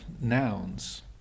nouns